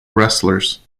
wrestlers